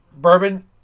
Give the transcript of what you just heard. bourbon